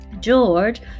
George